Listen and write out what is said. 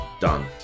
done